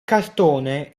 cartone